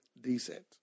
decent